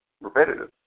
repetitive